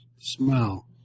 smell